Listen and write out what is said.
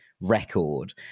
record